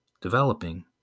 developing